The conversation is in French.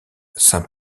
saint